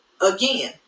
again